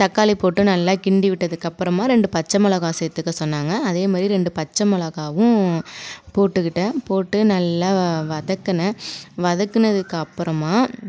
தக்காளி போட்டு நல்லா கிண்டிவிட்டதுக்கு அப்பறமாக ரெண்டு பச்சைமிளகா சேர்த்துக்கச் சொன்னாங்க அதேமாரி ரெண்டு பச்சைமிளகாவும் போட்டுக்கிட்டேன் போட்டு நல்லா வதக்குனேன் வதக்குனதுக்கு அப்புறமாக